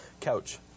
Couch